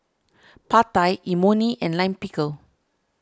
Pad Thai Imoni and Lime Pickle